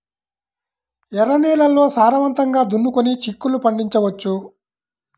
ఎర్ర నేలల్లో సారవంతంగా దున్నుకొని చిక్కుళ్ళు పండించవచ్చు